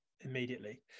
immediately